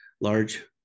large